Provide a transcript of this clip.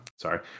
Sorry